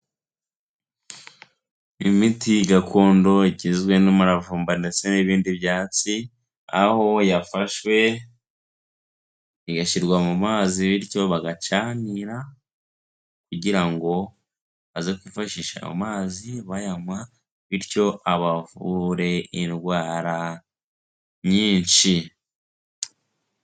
Imiti gakondo igizwe n'umuravumba ndetse n'ibindi byatsi, aho yafashwe igashyirwa mu mazi bityo bagacanira kugira ngo baze kwifashisha ayo mazi bayanywa bityo abavure indwara nyinshi.